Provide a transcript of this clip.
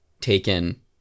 taken